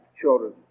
children